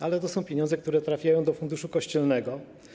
Ale to są pieniądze, które trafiają do Funduszu Kościelnego.